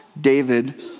David